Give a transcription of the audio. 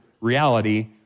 reality